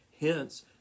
Hence